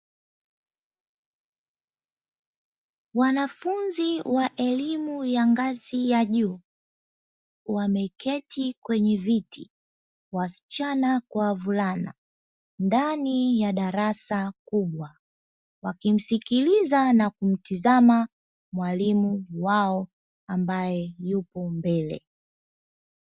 Wanafunzi wa elimu ya ngazi ya juu wameketi kwenye viti, wasichana kwa wavulana, ndani ya darasa kubwa, wakimsikiliza na kumtazama mwalimu wao ambaye yupo mbele.